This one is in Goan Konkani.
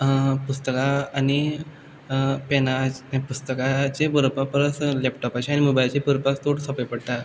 पुस्तकां आनी पेनाच पुस्तकाचेर बरोवपा परस लेपटोपाचेर आनी मोबायलाचेर चड सोपें पडटा